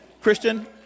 Christian